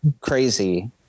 crazy